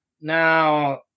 Now